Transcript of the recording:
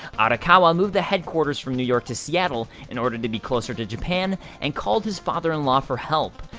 arakawa moved the headquarters from new york to seattle in order to be closer to japan and called his father in law for help.